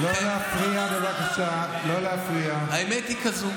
הינה, בוא תשמע את המספרים, חשוב לי.